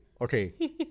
okay